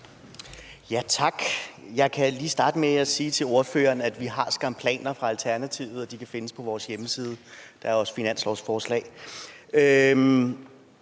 Tak. Jeg kan lige starte med at sige til ordføreren, at vi skam har planer fra Alternativets side, og de kan findes på vores hjemmeside, og der er også et finanslovsforslag.